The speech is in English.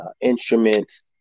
instruments